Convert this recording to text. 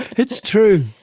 it's true,